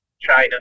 China